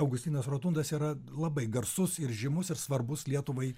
augustinas rotundas yra labai garsus ir žymus ir svarbus lietuvai